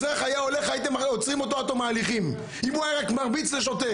אזרח הרי הייתם עוצרים אותו עד תום ההליכים אם הוא היה רק מרביץ לשוטר.